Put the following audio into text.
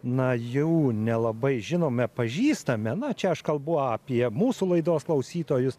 na jau nelabai žinome pažįstame na čia aš kalbu apie mūsų laidos klausytojus